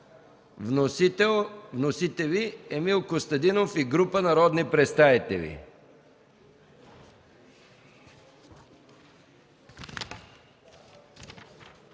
внесен от Емил Костадинов и група народни представители